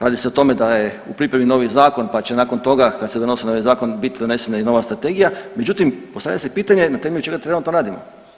Radi se o tome da je u pripremi novi zakon pa će nakon toga kad se donosi novi zakon biti donesena i nova strategija, međutim postavlja se pitanje na temelju čega trenutno radimo?